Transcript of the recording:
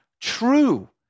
true